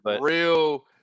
real